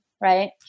right